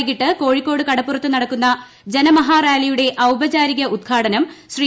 വൈകിട്ട് കോഴിക്കോട് കടപ്പുറത്ത് നാളെ നടക്കുന്ന ജനമഹാറാലിയുടെ ഔപചാരിക ഉദ്ഘാടനം ശ്രീ